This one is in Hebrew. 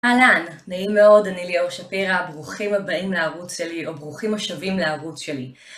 אהלן, נעים מאוד, אני ליאור שפירה, ברוכים הבאים לערוץ שלי, או ברוכים השבים לערוץ שלי.